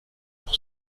pour